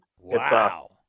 Wow